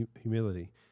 humility